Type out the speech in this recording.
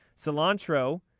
Cilantro